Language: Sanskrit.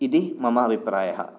इति मम अभिप्रायः